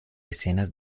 escenas